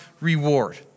reward